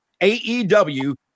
AEW